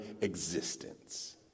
existence